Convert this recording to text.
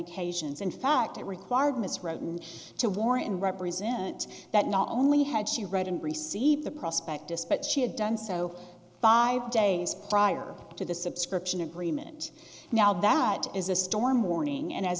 occasions in fact it required miss roden to war in represent that not only had she read and received the prospect despite she had done so five days prior to the subscription agreement now that is a storm warning and as